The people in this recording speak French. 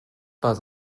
pas